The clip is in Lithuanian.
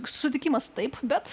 sutikimas taip bet